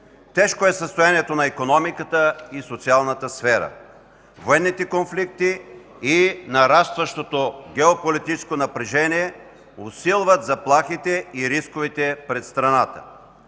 Тежко е състоянието на икономиката и социалната сфера. Военните конфликти и нарастващото геополитическо напрежение усилват заплахите и рисковете пред страната.